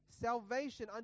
salvation